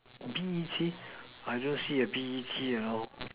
B_E_T I don't see a B_E_T at all